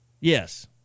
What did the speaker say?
Yes